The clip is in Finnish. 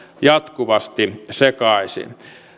jatkuvasti sekaisin